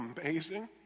amazing